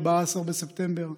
14 בספטמבר,